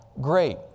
great